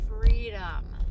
freedom